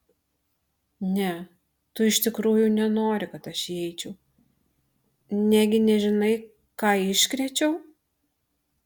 ne tu iš tikrųjų nenori kad aš įeičiau negi nežinai ką iškrėčiau